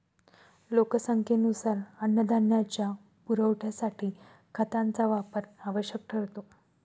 लोकसंख्येनुसार अन्नधान्याच्या पुरवठ्यासाठी खतांचा वापर आवश्यक ठरतो